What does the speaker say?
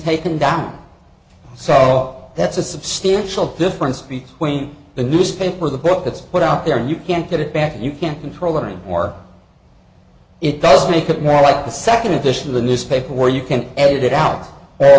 taken down south that's a substantial difference between the newspaper the book it's put out there and you can't get it back and you can't control it or it does make it more like the second edition of the newspaper or you can edit it out